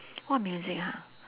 what music ha